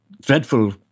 dreadful